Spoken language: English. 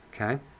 Okay